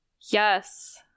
Yes